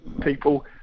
people